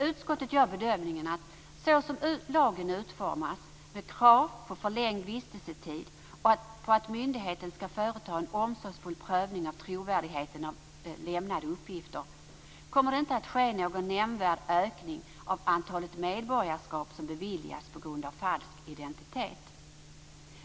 Utskottet gör bedömningen att såsom lagen utformas, med krav på förlängd vistelsetid och på att myndigheten skall företa en omsorgsfull prövning av trovärdigheten i lämnade uppgifter, kommer det inte att ske någon nämnvärd ökning av antalet medborgarskap som beviljas på grundval av falsk identitet.